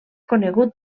conegut